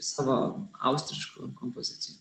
savo austriškų kompozicijų